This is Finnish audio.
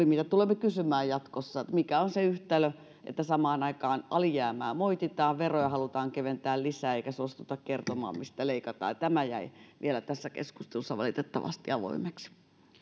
mitä tulemme kysymään jatkossa oli vastaus siihen mikä on se yhtälö että samaan aikaan alijäämää moititaan ja veroja halutaan keventää lisää eikä suostuta kertomaan mistä leikataan tämä jäi vielä tässä keskustelussa valitettavasti avoimeksi